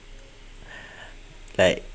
like